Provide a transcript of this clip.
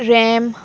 ram